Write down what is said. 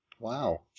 Wow